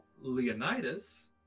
Leonidas